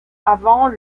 avant